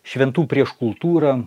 šventų prieš kultūrą